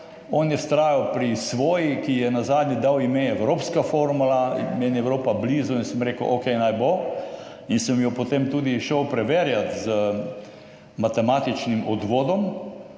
on je vztrajal pri svoji, ki ji je nazadnje dal ime evropska formula. Meni je Evropa blizu in sem rekel, okej, naj bo. In sem jo potem tudi šel preverjati z matematičnim odvodom.